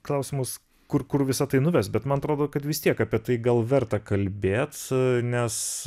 klausimus kur kur visa tai nuves bet man atrodo kad vis tiek apie tai gal verta kalbėt nes